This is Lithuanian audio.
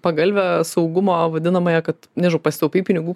pagalvę saugumo vadinamąją kad nežinau pasitaupei pinigų